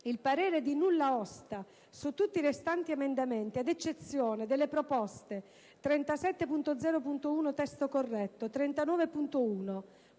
Il parere è di nulla osta su tutti i restanti emendamenti ad eccezione delle proposte 37.0.1 (testo corretto), 39.1,